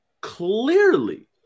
clearly